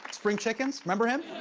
spring chickens? remember him?